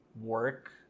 work